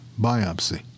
biopsy